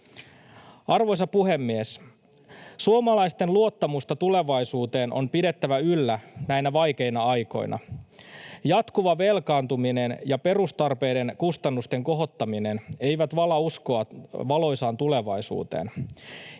Arvoisa puhemies! Suomalaisten luottamusta tulevaisuuteen on pidettävä yllä näinä vaikeina aikoina. Jatkuva velkaantuminen ja perustarpeiden kustannusten kohottaminen eivät vala uskoa valoisaan tulevaisuuteen.